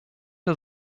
der